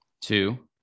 two